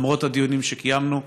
למרות הדיונים שקיימנו.